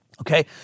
Okay